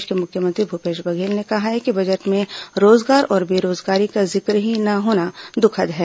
प्रदेश के मुख्यमंत्री भूपेश बघेल ने कहा है कि बजट में रोजगार और बेरोजगारी का जिक्र ही न होना दुखद है